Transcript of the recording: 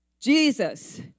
Jesus